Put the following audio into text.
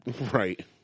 Right